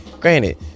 granted